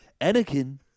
Anakin